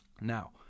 Now